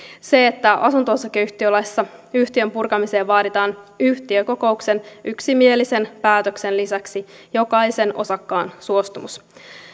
se että asunto osakeyhtiölaissa yhtiön purkamiseen vaaditaan yhtiökokouksen yksimielisen päätöksen lisäksi jokaisen osakkaan suostumus